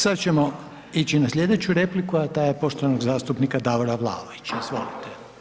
Sad ćemo ići na slijedeću repliku a ta je poštovanog zastupnika Davora Vlaovića, izvolite.